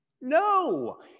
No